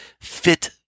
fit